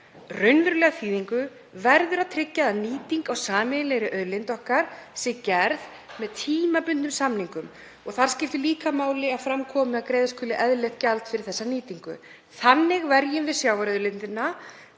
raunverulega þýðingu verður að tryggja að nýting á sameiginlegri auðlind okkar sé gerð með tímabundnum samningum og þar skiptir líka máli að fram komi að greiða skuli eðlilegt gjald fyrir þessa nýtingu. Þannig verjum við sjávarauðlindina